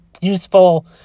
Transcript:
useful